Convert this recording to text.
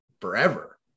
forever